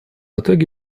итоге